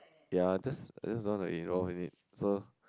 ya just just don't want to involve in it so